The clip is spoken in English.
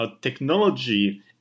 technology